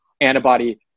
antibody